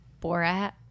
Borat